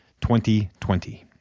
2020